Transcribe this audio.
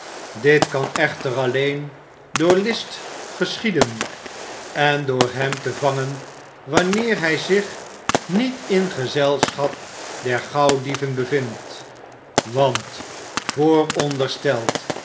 dit kan echter alleen door list geschieden en door hem te vangen wanneer hij zich niet in het gezelschap der gauwdieven bevindt want